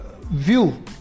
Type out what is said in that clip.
view